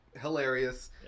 Hilarious